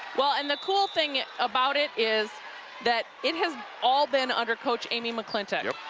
well, and the cool thing about it is that it has all beenunder coach amy mcclintock. yep.